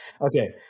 Okay